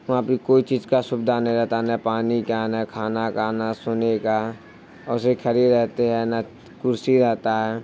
وہاں پہ کوئی چیز کا سویدھا نہیں رہتا نہ پانی کا نہ کھانا کا نہ سونے کا ویسے ہی کھڑی رہتے ہے نہ کرسی رہتا ہے